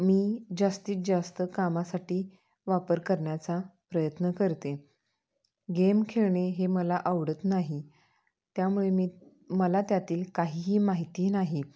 मी जास्तीत जास्त कामासाठी वापर करण्याचा प्रयत्न करते गेम खेळणे हे मला आवडत नाही त्यामुळे मी मला त्यातील काहीही माहिती नाही